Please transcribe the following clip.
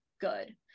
good